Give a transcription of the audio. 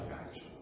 action